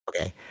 okay